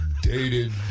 Dated